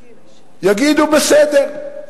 יגידו: בסדר,